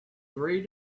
three